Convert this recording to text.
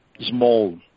small